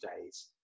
days